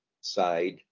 side